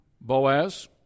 Boaz